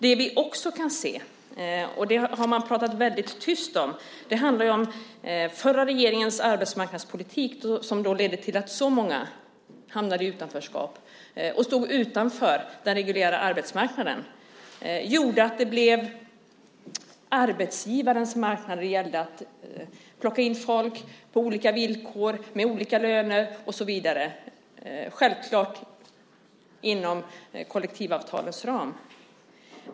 Det vi också kan se, och det har man pratat väldigt tyst om, handlar om att den förra regeringens arbetsmarknadspolitik ledde till att så många hamnade i utanförskap och stod utanför den reguljära arbetsmarknaden. Det gjorde att det blev arbetsgivarens marknad när det gällde att plocka in folk på olika villkor, med olika löner och så vidare. Självklart inom kollektivavtalets ram.